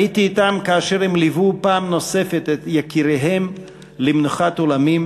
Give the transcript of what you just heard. הייתי אתם כאשר הם ליוו פעם נוספת את יקיריהם למנוחת עולמים,